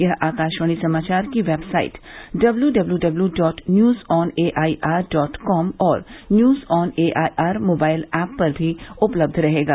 यह आकाशवाणी समाचार की website W W W dot news on AIR dot com और news on AIR mobile app पर भी उपलब्ध रहेगा